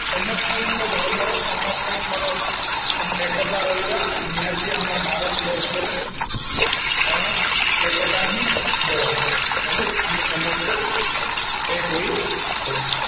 ସମସ୍ତଙ୍କ ଧର୍ମର ସମସ୍ତଙ୍କର ଏକତା ରହିବା ନିହାତି ଆମ ଭାରତ ବର୍ଷରେ ଅଛି କାରଣ ଏକତା ହିଁ ବଳ ତେଣୁ ଆମେ ସମସ୍ତେ ଏକ ହୋଇ ଚଳୁ